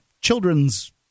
children's